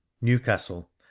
Newcastle